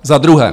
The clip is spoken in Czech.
Za druhé.